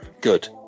good